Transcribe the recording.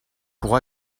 pour